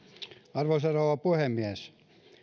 arvoisa rouva puhemies